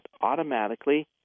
automatically